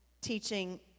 teaching